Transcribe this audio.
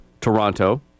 Toronto